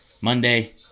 Monday